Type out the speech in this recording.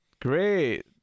great